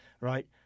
Right